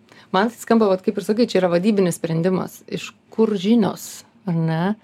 man skamba vat kaip ir sakai čia yra vadybinis sprendimas iš kur žinios ar ne